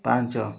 ପାଞ୍ଚ